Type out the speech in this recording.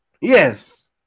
yes